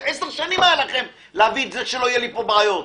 עשר שנים היה לכם להביא את זה שלא יהיו פה בעיות.